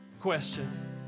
question